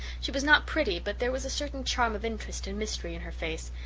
she was not pretty but there was a certain charm of interest and mystery in her face,